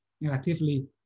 negatively